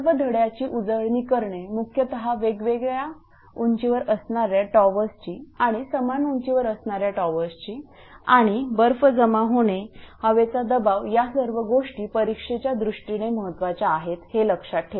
सर्व धड्याची उजळणी करणे मुख्यतः वेगवेगळ्या या उंचीवर असणाऱ्या टॉवर्सचीआणि समान उंचीवर असणाऱ्या टॉवर्सची आणि आणि बर्फ जमा होणे हवेचा दबाव या सर्व गोष्टी परीक्षेच्या दृष्टीने महत्त्वाच्या आहेत हे लक्षात ठेवा